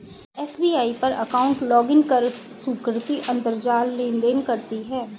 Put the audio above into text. SBI पर account login कर सुकृति अंतरजाल लेनदेन करती है